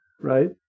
right